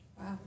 Wow